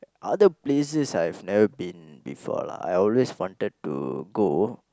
other places I've never been before lah I always wanted to go